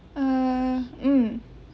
ah um